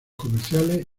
comerciales